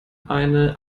eine